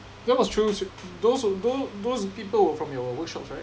that was through those those those people were from your workshops right